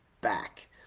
back